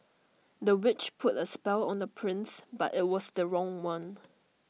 the witch put A spell on the prince but IT was the wrong one